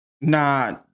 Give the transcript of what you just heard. Nah